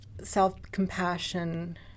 Self-compassion